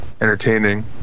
entertaining